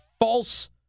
false